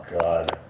God